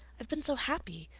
i've been so happy.